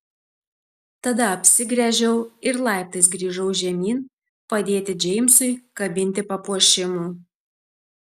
tada apsigręžiau ir laiptais grįžau žemyn padėti džeimsui kabinti papuošimų